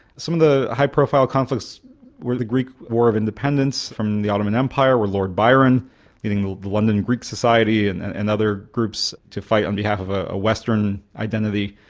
some of the high profile conflicts were the greek war of independence from the ottoman empire with lord byron getting the london greek society and and and other groups to fight on behalf of a western identity.